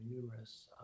numerous